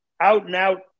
out-and-out